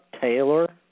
Taylor